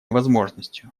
возможностью